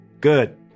Good